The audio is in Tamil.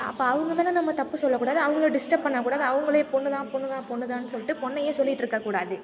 அப்போ அவங்க மேலே நம்ம தப்பு சொல்லக் கூடாது அவங்கள டிஸ்டர்ப் பண்ணக் கூடாது அவங்களே பொண்ணு தான் பொண்ணு தான் பொண்ணு தான்னு சொல்லிட்டு பெண்ணையே சொல்லிட்டுருக்கக் கூடாது